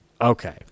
Okay